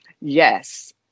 yes